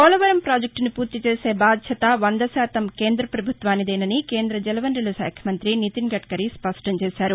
పోలవరం పాజెక్టును పూర్తి చేసే బాధ్యత వంద శాతం కేంద్రపభుత్వానిదేనని కేంద జలవనరులశాఖ మంత్రి నితిన్ గడ్కరీ స్పష్టం చేశారు